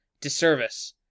disservice